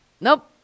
Nope